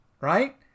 Right